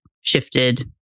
shifted